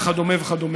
וכדומה וכדומה.